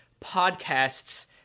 podcasts